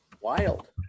Wild